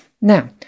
Now